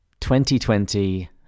2020